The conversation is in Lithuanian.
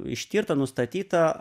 ištirta nustatyta